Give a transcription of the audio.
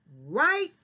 right